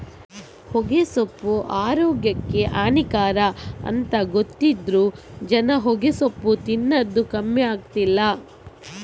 ಹೊಗೆಸೊಪ್ಪು ಆರೋಗ್ಯಕ್ಕೆ ಹಾನಿಕರ ಅಂತ ಗೊತ್ತಿದ್ರೂ ಜನ ಹೊಗೆಸೊಪ್ಪು ತಿನ್ನದು ಕಮ್ಮಿ ಆಗ್ಲಿಲ್ಲ